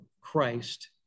Christ